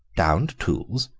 downed tools!